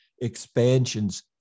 expansions